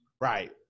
Right